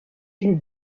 une